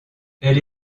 elle